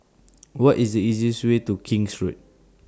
What IS The easiest Way to King's Road